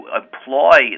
employ